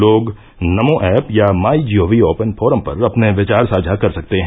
लोग नमो ऐप या MyGov open forum पर अपने विचार साझा कर सकते हैं